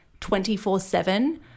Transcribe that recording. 24-7